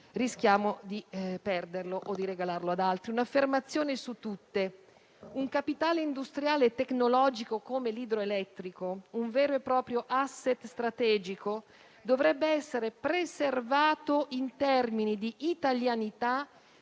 rischiamo di perderlo o di regalarlo ad altri. Un'affermazione su tutte: un capitale industriale e tecnologico come l'idroelettrico, un vero e proprio *asset* strategico, dovrebbe essere preservato in termini di italianità,